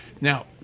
Now